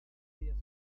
días